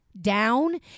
down